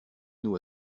nous